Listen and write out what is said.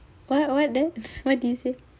what what then what did he say